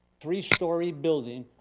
three story building,